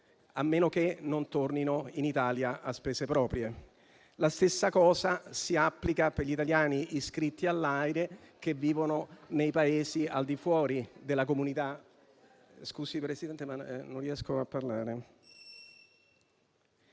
a meno che non tornino in Italia a spese proprie. La stessa cosa si applica per gli italiani iscritti all'AIRE che vivono nei Paesi al di fuori della Comunità